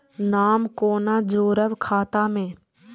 नाम कोना जोरब खाता मे